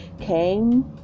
came